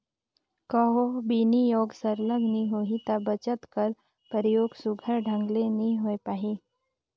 कहों बिनियोग सरलग नी होही ता बचत कर परयोग सुग्घर ढंग ले नी होए पाही